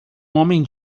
homem